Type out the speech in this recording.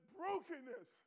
brokenness